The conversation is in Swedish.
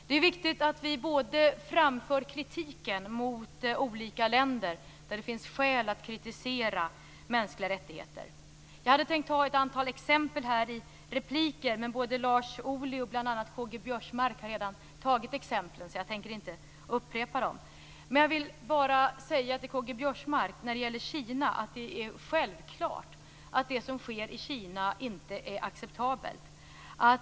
Det är viktigt att vi framför kritiken mot olika länder där det finns skäl att kritisera hur man uppfyller de mänskliga rättigheterna. Jag hade tänkt ta ett antal exempel här i repliker, men bl.a. Lars Ohly och K-G Biörsmark har redan tagit exemplen, så jag tänker inte upprepa dem. Jag vill bara säga till K-G Biörsmark om Kina att det är självklart att det som sker där inte är acceptabelt.